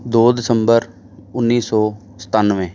ਦੋ ਦਸੰਬਰ ਉੱਨੀ ਸੌ ਸਤਾਨਵੇਂ